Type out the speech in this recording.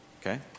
Okay